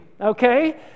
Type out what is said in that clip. okay